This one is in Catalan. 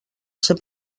ser